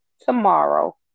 tomorrow